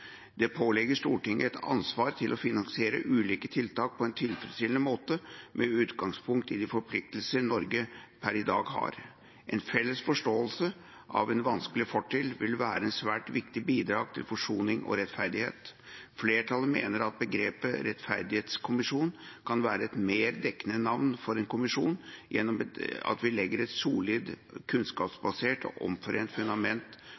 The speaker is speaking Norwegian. Det pålegger Stortinget et ansvar for å finansiere ulike tiltak på en tilfredsstillende måte, med utgangspunkt i de forpliktelser Norge per i dag har. En felles forståelse av en vanskelig fortid vil være et svært viktig bidrag til forsoning og rettferdighet. Flertallet mener at begrepet «rettferdighetskommisjon» kan være et mer dekkende navn for en kommisjon, gjennom at vi legger et solid, kunnskapsbasert og omforent fundament